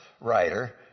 writer